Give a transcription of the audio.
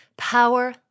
power